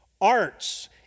arts